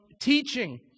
teaching